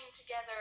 together